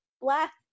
black